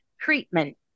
treatment